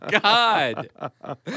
God